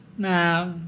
Nah